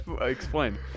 Explain